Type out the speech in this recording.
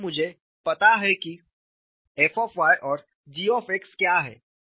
तो अब मुझे पता है कि f और g क्या है